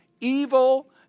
evil